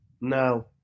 No